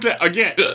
again